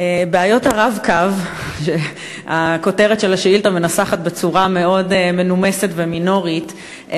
בעיות ה"רב-קו" הכותרת של השאילתה מנוסחת בצורה מאוד מנומסת ומינורית,